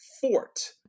Fort